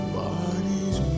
bodies